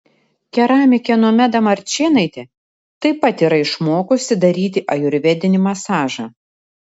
keramikė nomeda marčėnaitė taip pat yra išmokusi daryti ajurvedinį masažą